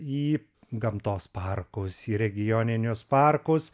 į gamtos parkus į regioninius parkus